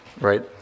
right